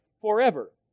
forever